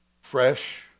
fresh